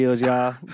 y'all